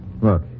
Look